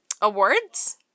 awards